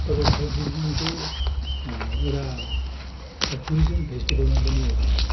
first डिभिजनको एउटा एउटा टुरिजम फेस्टिबलमा पनि एउटा